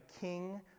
king